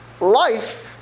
life